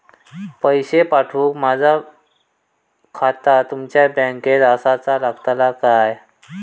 पैसे पाठुक माझा खाता तुमच्या बँकेत आसाचा लागताला काय?